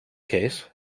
case